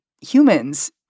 humans